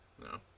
no